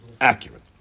accurate